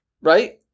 Right